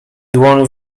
dłoń